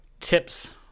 tips